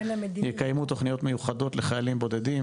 יקיימו תוכניות מיוחדות לחיילים בודדים